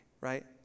right